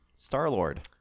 Star-Lord